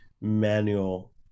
manual